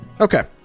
Okay